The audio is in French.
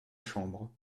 chambre